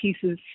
pieces